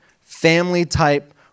family-type